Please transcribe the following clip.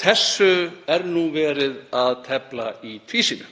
þessu er nú verið að tefla í tvísýnu.